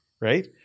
right